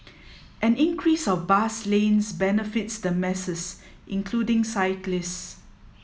an increase of bus lanes benefits the masses including cyclists